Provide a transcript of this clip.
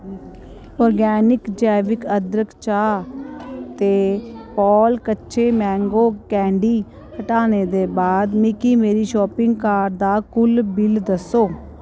organic जैविक अदरक चाह् ते पार्ल कच्चे मैंगो कैंडी हटाने दे बाद मिगी मेरी शापिंग कार्ट दा कुल बिल दस्सो